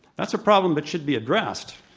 that's a problem that should be addressed,